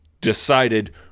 decided –